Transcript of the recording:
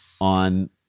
on